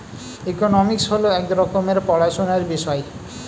economics হল এক রকমের পড়াশোনার বিষয়